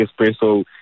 Espresso